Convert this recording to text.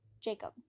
Jacob